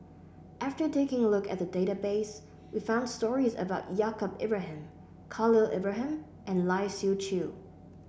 after taking a look at the database we found stories about Yaacob Ibrahim Khalil Ibrahim and Lai Siu Chiu